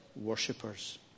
worshippers